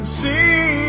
see